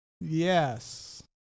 Yes